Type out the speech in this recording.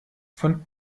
von